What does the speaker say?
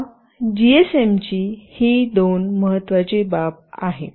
या जीएसएम ची ही दोन महत्त्वाची बाब आहे